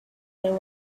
there